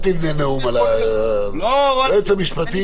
מיקי, אל תבנה נאום על היועץ המשפטי לוועדה.